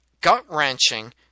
gut-wrenching